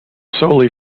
solely